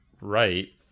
right